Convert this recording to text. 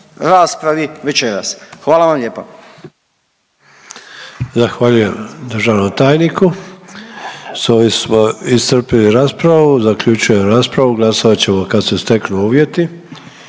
raspravi večeras. Hvala vam lijepa. **Sanader, Ante (HDZ)** Zahvaljujem državnom tajniku. S ovim smo iscrpili raspravu, zaključujem raspravu, glasovat ćemo kad se steknu uvjeti.